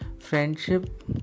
Friendship